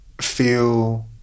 feel